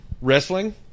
wrestling